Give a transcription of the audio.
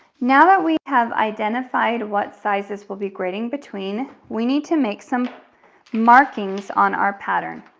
now that we have identified what sizes we'll be grading between, we need to make some markings on our pattern.